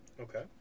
Okay